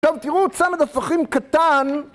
טוב, תראו צמד הפכים קטן